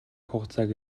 хугацааг